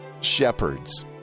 shepherds